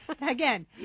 Again